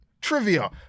Trivia